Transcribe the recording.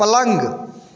पलङ्ग